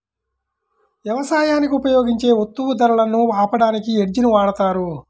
యవసాయానికి ఉపయోగించే వత్తువుల ధరలను ఆపడానికి హెడ్జ్ ని వాడతారు